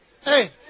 Hey